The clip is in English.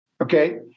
Okay